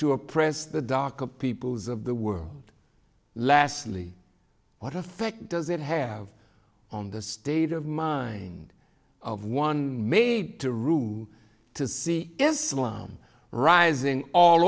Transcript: to oppress the darker peoples of the world lastly what effect does it have on the state of mind of one made to room to see if salaam rising all